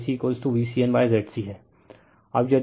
तो I c VCN Z C हैं